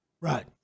Right